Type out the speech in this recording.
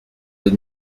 des